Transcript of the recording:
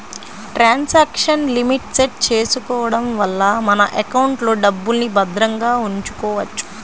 transaction limit set చేసుకోడం వల్ల మన ఎకౌంట్లో డబ్బుల్ని భద్రంగా ఉంచుకోవచ్చు